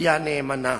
קריה נאמנה.